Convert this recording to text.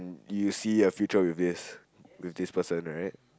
you see a future with this with this person right